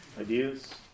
Ideas